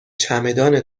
چمدان